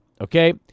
okay